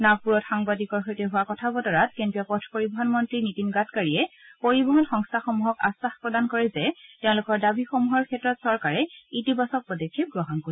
নাগপুৰত সাংবাদিকৰ সৈতে হোৱা কথা বতৰাত কেন্দ্ৰীয় পথ পৰিবহন মন্ত্ৰী নীতিন গাডকাৰীয়ে পৰিবহন সংস্থাসমূহক আখাস প্ৰদান কৰে যে তেওঁলোকৰ দাবীসমূহৰ ক্ষেত্ৰত চৰকাৰে ইতিবাচক পদক্ষেপ গ্ৰহণ কৰিব